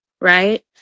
right